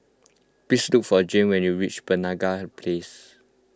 please look for Jane when you reach Penaga Place